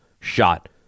shot